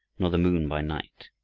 nor the moon by night.